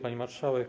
Pani Marszałek!